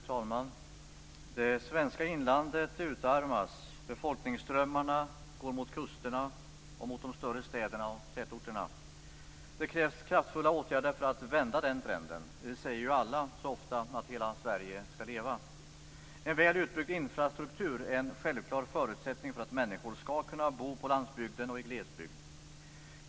Fru talman! Det svenska inlandet utarmas, befolkningsströmmarna går mot kusterna och mot de större städerna och tätorterna. Det krävs kraftfulla åtgärder för att vända den trenden. Vi säger ju alla så ofta att hela Sverige skall leva. En väl utbyggd infrastruktur är en självklar förutsättning för att människor skall kunna bo på landsbygden och i glesbygd.